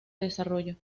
desarrollo